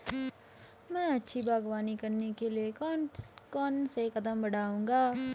मैं अच्छी बागवानी करने के लिए कौन कौन से कदम बढ़ाऊंगा?